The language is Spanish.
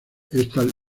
está